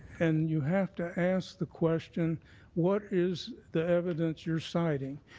and you have to ask the question what is the evidence you're citing?